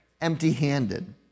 empty-handed